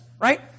right